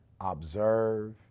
observe